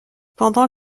pendant